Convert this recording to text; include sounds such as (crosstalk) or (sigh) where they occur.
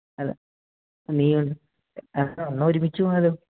അല്ല ആ നീ (unintelligible) എന്നാൽ ഒരുമിച്ച് പോയാലോ